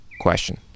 question